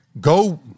go